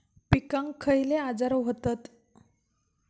पिकांक खयले आजार व्हतत?